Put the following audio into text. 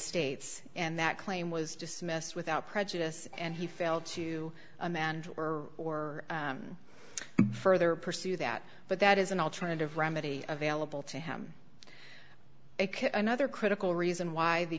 states and that claim was dismissed without prejudice and he failed to him and or or further pursue that but that is an alternative remedy available to him another critical reason why the